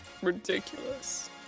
Ridiculous